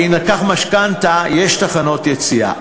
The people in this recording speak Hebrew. בהילקח משכנתה, יש תחנות יציאה.